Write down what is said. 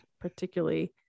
particularly